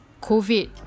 covid